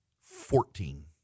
fourteen